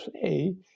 play